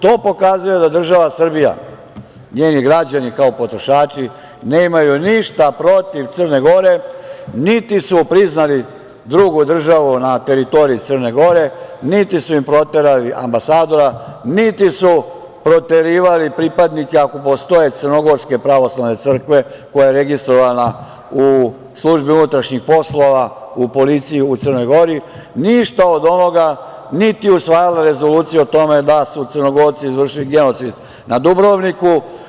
To pokazuje da država Srbija, njeni građani kao potrošači, nemaju ništa protiv Crne Gore, niti su priznali drugu državu na teritoriji Crne Gore, niti su im proterali ambasadora, niti su proterivali pripadnike, ako postoje, crnogorske pravoslavne crkve koja je registrovana u službi unutrašnjih poslova i policiji u Crnoj Gori, ništa od ovoga, niti usvajala rezoluciju o tome da su Crnogorci izvršili genocid nad Dubrovnikom.